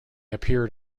appeared